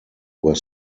were